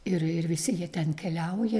ir ir visi jie ten keliauja